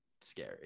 scary